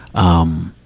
um,